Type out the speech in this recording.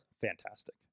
Fantastic